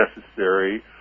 necessary